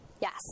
Yes